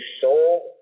soul